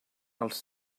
els